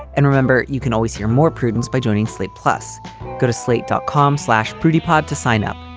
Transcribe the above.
and remember, you can always hear more prudence by joining slate plus go to slate, dot com slash pretty pod to sign up.